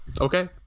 Okay